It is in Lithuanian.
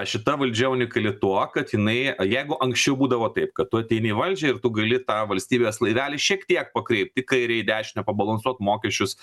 šita valdžia unikali tuo kad jinai jeigu anksčiau būdavo taip kad tu ateini į valdžią ir tu gali tą valstybės laivelį šiek tiek pakreipti į kairę į dešinę balansuot mokesčius